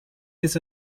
this